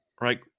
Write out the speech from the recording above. right